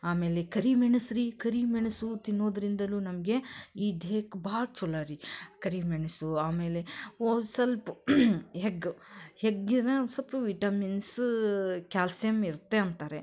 ಆಮೇಲೆ ಕರಿಮೆಣಸು ರೀ ಕರಿಮೆಣಸು ತಿನ್ನೋದ್ರಿಂದಲೂ ನಮಗೆ ಈ ದೇಹಕ್ಕೆ ಭಾಳ ಚೊಲೋರೀ ಕರಿಮೆಣಸು ಆಮೇಲೆ ಓ ಸ್ವಲ್ಪ ಹೆಗ್ಗು ಹೆಗ್ಗಿನಲ್ಲಿ ಒಂದು ಸ್ವಲ್ಪ ವಿಟಮಿನ್ಸು ಕ್ಯಾಲ್ಸಿಯಮ್ ಇರುತ್ತೆ ಅಂತಾರೆ